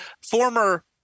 former